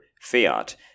fiat